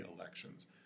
elections